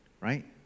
right